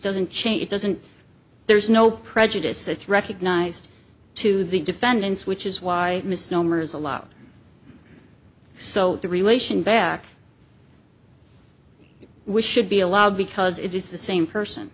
doesn't change it doesn't there's no prejudice that's recognized to the defendants which is why misnomers a lot so the relation back which should be allowed because it is the same person